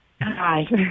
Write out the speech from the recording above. Hi